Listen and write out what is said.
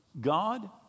God